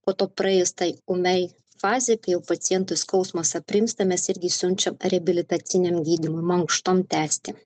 po to praėjus tai ūmiai fazei kai jau pacientui skausmas aprimsta mes irgi siunčiam reabilitaciniam gydymui mankštom tęsti